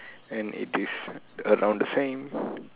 and it is around the same